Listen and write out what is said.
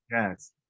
Yes